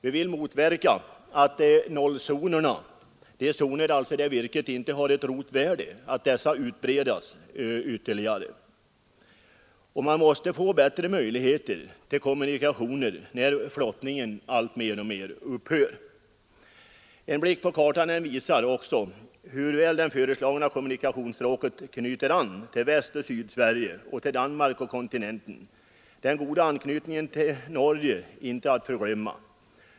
Vi vill motverka att nollzonerna — de zoner där virket inte har något rotvärde — utbreds ytterligare. Det måste skapas bättre kommunikationsmöjligheter, när flottningen minskar mer och mer. En blick på kartan visar också hur väl det föreslagna kommunikationsstråket knyter an till Västoch Sydsverige och till Danmark och kontinenten, den goda anknytningen till Norge inte att förglömma.